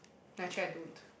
actually I don't